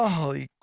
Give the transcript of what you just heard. Holy